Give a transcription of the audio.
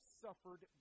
suffered